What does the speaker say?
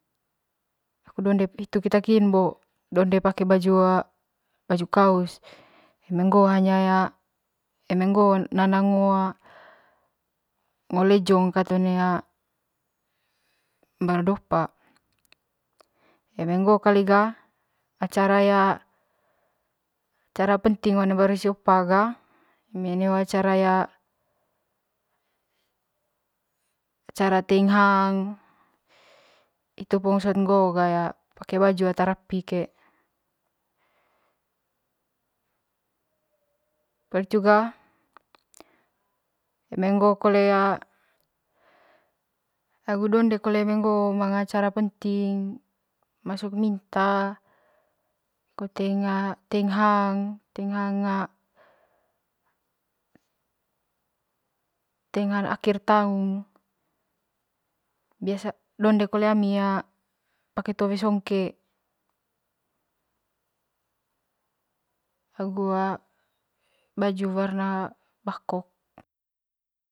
Hitu keta kin bo donde pake baju kaus eme ngo hanya ya eme ngo nanang ngo lejong ket one mbaru de opa eme ngoo kali ga acara ya acara penting one mbaru de opa ga eme neho acara ya acara teing hang itu po sot ngo ya pake baju ata rapi koe poli hitu ga eme ngoo kole agu donde kole emeng ngoo manga acara penting masuk minta ko teing hang teing hang teing hang akir taung biasa donde kole ami a pake towe songke agu baju warna bakok.